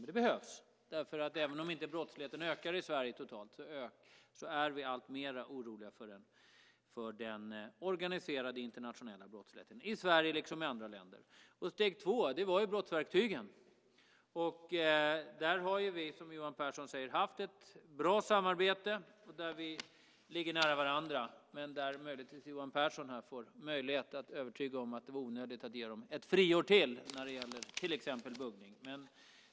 Och det behövs, för även om inte brottsligheten ökar i Sverige totalt är vi alltmer oroliga över den organiserade internationella brottsligheten, i Sverige liksom i andra länder. Steg 2 var ju brottsverktygen. Där har vi, som Johan Pehrson säger, haft ett bra samarbete, och där ligger vi nära varandra. Möjligtvis får Johan Pehrson övertyga om att det var onödigt att ge ett friår till när det gäller till exempel buggning.